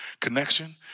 connection